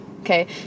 Okay